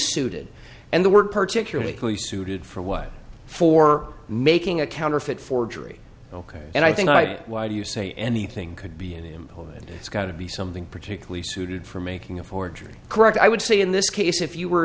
suited and the word particularly suited for a way for making a counterfeit forgery ok and i think i why do you say anything could be an important it's got to be something particularly suited for making a forgery correct i would say in this case if you were